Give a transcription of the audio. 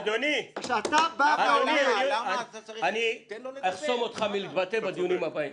אדוני, אני אחסום אותך מלהתבטא בדיונים הבאים.